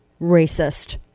racist